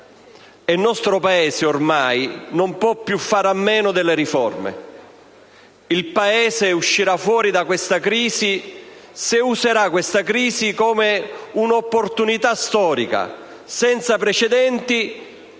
Il nostro Paese ormai non può più fare a meno delle riforme: il Paese uscirà fuori da questa crisi se la userà come un'opportunità storica, senza precedenti,